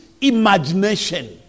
imagination